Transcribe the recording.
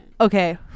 okay